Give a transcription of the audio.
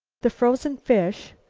the frozen fish,